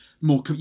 more